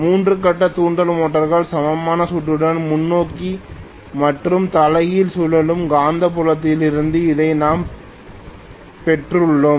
மூன்று கட்ட தூண்டல் மோட்டார் சமமான சுற்றுடன் முன்னோக்கி மற்றும் தலைகீழ் சுழலும் காந்தப்புலத்திலிருந்து இதை நாம் பெற்றுள்ளோம்